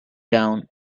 down